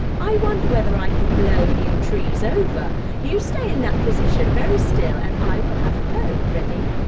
i wonder whether i can blow you trees over. you stay in that position very still and i will have a go. ready?